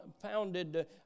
founded